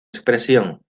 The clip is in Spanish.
expresión